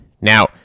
Now